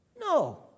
No